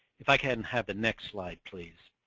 if i can have the next slide please.